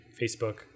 Facebook